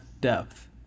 depth